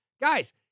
Guys